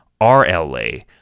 RLA